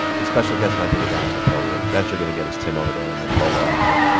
the special guest might be the guy in the polo. best you're going to get is tim over there in the polo outfit.